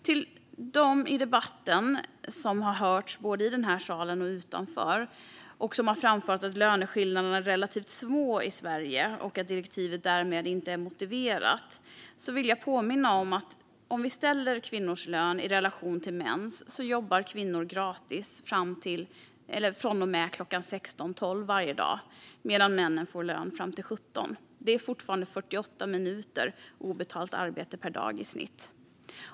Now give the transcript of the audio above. Vi har i debatten, både här i salen och utanför, hört framföras att löneskillnaderna är relativt små i Sverige och att direktivet därmed inte är motiverat. Men jag vill påminna om att om vi ställer kvinnors lön i relation till mäns jobbar kvinnor gratis från klockan 16.12 varje dag medan männen får lön fram till klockan 17. Det är fortfarande 48 minuter obetalt arbete per dag i snitt.